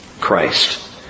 Christ